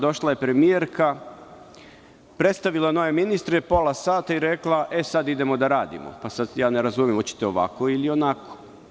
Došla je premijerka i predstavila nove ministre pola sata i rekla – e, sad idemo da radimo.“ Ne razumem, hoćete li ovako ili onako?